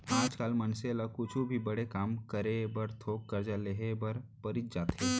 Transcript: आज काल मनसे ल कुछु भी बड़े काम करे बर थोक करजा लेहे बर परीच जाथे